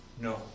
No